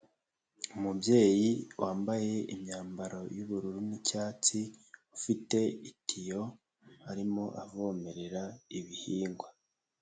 Umubyeyi wambaye imyambaro y'ubururu n'icyatsi ufite itiyo arimo avomerera ibihingwa.